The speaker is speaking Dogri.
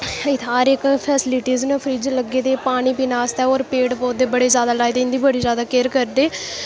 हर इक थाह्र इक फैस्लिटीज न फ्रीज लग्गे दे न पानी पीने आस्तै होर पेड़ पौधे बड़े जैदा लाए दे न इं'दी बड़ी जैदा केयर करदे